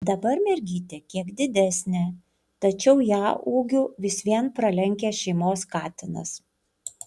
dabar mergytė kiek didesnė tačiau ją ūgiu vis vien pralenkia šeimos katinas